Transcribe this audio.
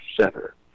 center